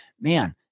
Man